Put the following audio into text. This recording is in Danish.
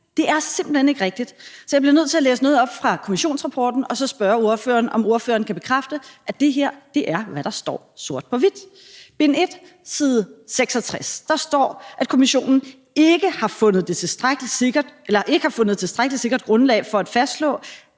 Det er simpelt hen ikke rigtigt. Så jeg bliver nødt til at læse noget op fra kommissionsrapporten og så spørge ordføreren, om ordføreren kan bekræfte, at det her er, hvad der står sort på hvidt. I bind 1, side 66, står, at kommissionen ikke har fundet tilstrækkelig sikkert grundlag for at fastslå,